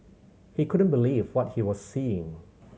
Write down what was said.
he couldn't believe what he was seeing